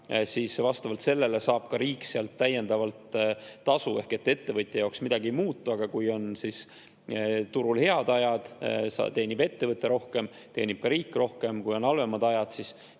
siis vastavalt sellele saab ka riik sealt täiendavalt tasu. Ehk ettevõtja jaoks midagi ei muutu, aga kui on turul head ajad, teenib ettevõte rohkem ja teenib ka riik rohkem. Kui on halvemad ajad, siis